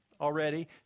already